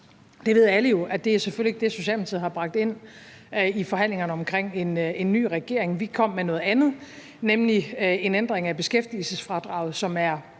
det ved alle jo – er selvfølgelig ikke det, Socialdemokratiet har bragt ind i forhandlingerne omkring en ny regering. Vi kom med noget andet, nemlig en ændring af beskæftigelsesfradraget, som er,